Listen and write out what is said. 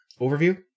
overview